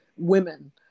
women